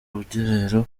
rugerero